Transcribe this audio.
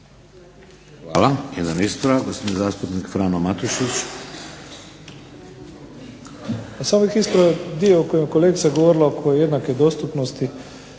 Hvala.